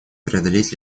преодолеть